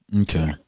okay